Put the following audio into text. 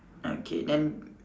okay then